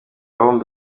bombi